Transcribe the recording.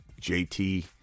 JT